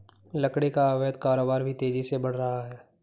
लकड़ी का अवैध कारोबार भी तेजी से बढ़ रहा है